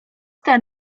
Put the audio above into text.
ten